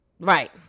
Right